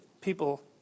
people